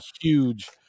huge